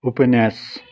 उपन्यास